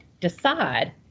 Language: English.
decide